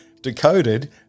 decoded